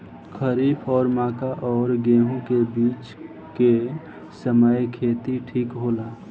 खरीफ और मक्का और गेंहू के बीच के समय खेती ठीक होला?